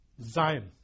Zion